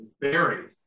buried